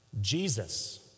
Jesus